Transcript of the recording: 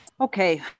Okay